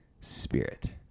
Spirit